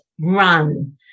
run